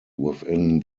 within